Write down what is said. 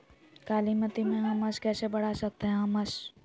कालीमती में हमस कैसे बढ़ा सकते हैं हमस?